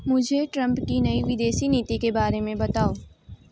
मुझे ट्रंप की नई विदेशी नीति के बारे में बताओ